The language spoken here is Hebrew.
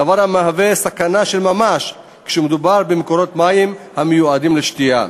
דבר המהווה סכנה של ממש כשמדובר במקורות מים המיועדים לשתייה.